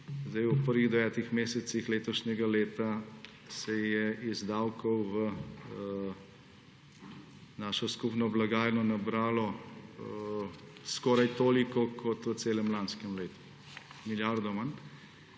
V prvih devetih mesecih letošnjega leta se je iz davkov v našo skupno blagajno nabralo skoraj toliko kot v celem lanskem letu, milijardo